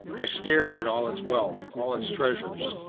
i stared at all its wealth, all its treasures,